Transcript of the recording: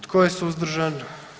Tko je suzdržan?